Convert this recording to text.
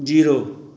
zero